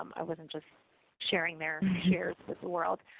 um i wasn't just sharing their shares with the world.